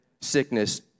sickness